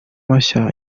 mashya